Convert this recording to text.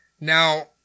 Now